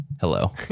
Hello